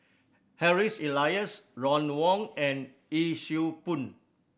Harry's Elias Ron Wong and Yee Siew Pun